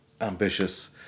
ambitious